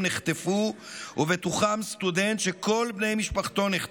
נחטפו ובתוכם סטודנט שכל בני משפחתו נחטפו,